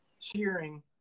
cheering